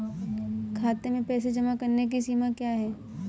खाते में पैसे जमा करने की सीमा क्या है?